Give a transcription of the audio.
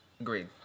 Agreed